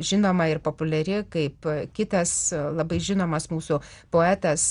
žinoma ir populiari kaip kitas labai žinomas mūsų poetas